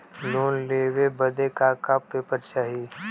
Loan लेवे बदे का का पेपर चाही?